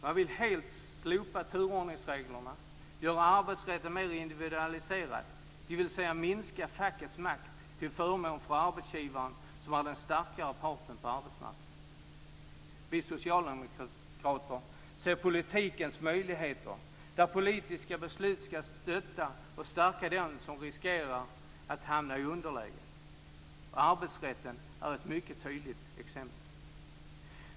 Man vill helt slopa turordningsreglerna och göra arbetsrätten mer "individualiserad", dvs. minska fackets makt till förmån för arbetsgivaren som är den starkare parten på arbetsmarknaden. Vi socialdemokrater ser politikens möjligheter där politiska beslut ska stötta och stärka dem som riskerar att hamna i underläge. Arbetsrätten är ett mycket tydligt exempel.